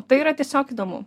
tai yra tiesiog įdomu